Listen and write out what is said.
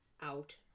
out